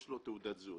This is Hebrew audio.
יש לו תעודת זהות,